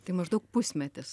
tai maždaug pusmetis